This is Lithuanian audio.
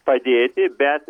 padėti bet